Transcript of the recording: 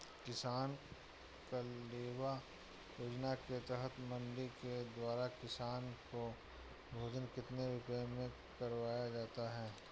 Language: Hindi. किसान कलेवा योजना के तहत मंडी के द्वारा किसान को भोजन कितने रुपए में करवाया जाता है?